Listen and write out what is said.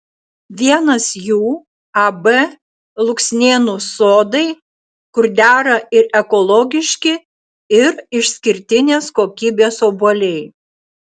vienas jų ab luksnėnų sodai kur dera ir ekologiški ir išskirtinės kokybės obuoliai